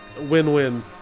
win-win